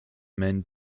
men